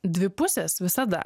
dvi pusės visada